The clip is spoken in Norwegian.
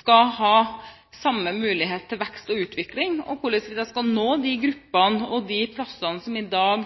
skal ha samme mulighet til vekst og utvikling. Vi må finne ut hvordan vi skal nå de gruppene og de stedene som i dag